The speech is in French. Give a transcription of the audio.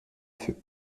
feu